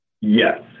Yes